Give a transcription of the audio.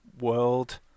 world